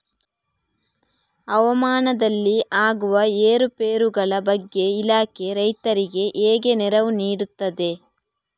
ಹವಾಮಾನದಲ್ಲಿ ಆಗುವ ಏರುಪೇರುಗಳ ಬಗ್ಗೆ ಇಲಾಖೆ ರೈತರಿಗೆ ಹೇಗೆ ನೆರವು ನೀಡ್ತದೆ?